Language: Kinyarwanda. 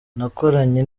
nakoranye